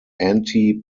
anti